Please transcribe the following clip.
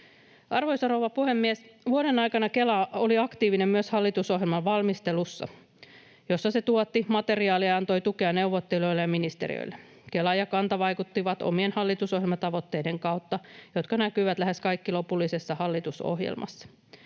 Arvoisa rouva puhemies! Vuoden aikana Kela oli aktiivinen myös hallitusohjelman valmistelussa, jossa se tuotti materiaalia ja antoi tukea neuvottelijoille ja ministeriöille. Kela ja Kanta vaikuttivat omien hallitusohjelmatavoitteiden kautta, jotka näkyivät lähes kaikki lopullisessa hallitusohjelmassa.